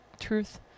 truth